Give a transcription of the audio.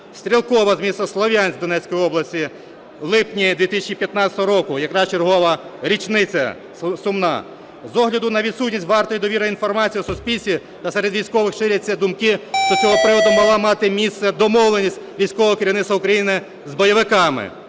Стрелкова з міста Слов'янськ Донецької області у липні 2015 року, якраз чергова річниця сумна. З огляду на відсутність вартової довіри інформації, у суспільстві та серед військових ширяться думки, що з цього приводу мала мати місце домовленість військового керівництва України з бойовиками.